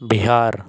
Bihar